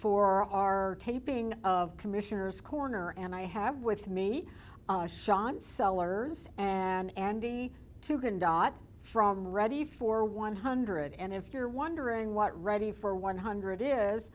for our taping of commissioners corner and i have with me sean sellers and andy to can dot from ready for one hundred and if you're wondering what ready for one hundred it is